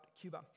Cuba